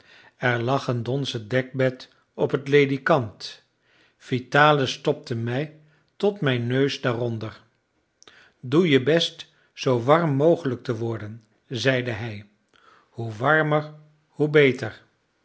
een donzen dekbed op het ledekant vitalis stopte mij tot mijn neus daaronder doe je best zoo warm mogelijk te worden zeide hij hoe warmer hoe beter